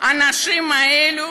האנשים האלה,